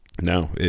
No